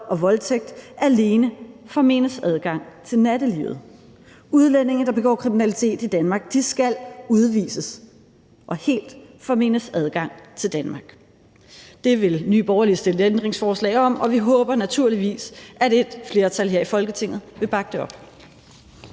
og voldtægt, alene formenes adgang til nattelivet. Udlændinge, der begår kriminalitet i Danmark, skal udvises og helt formenes adgang til Danmark. Det vil Nye Borgerlige stille et ændringsforslag om, og vi håber naturligvis, at et flertal her i Folketinget vil bakke det op.